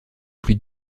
plus